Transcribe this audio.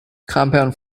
compound